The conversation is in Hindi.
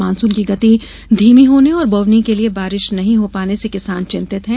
मॉनसून की गति धीमी होने और बोवनी के लिये बारिश नहीं हो पाने से किसान चिंतित हैं